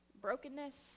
brokenness